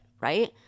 Right